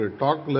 talk